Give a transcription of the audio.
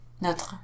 Notre